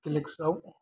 गेम्सआव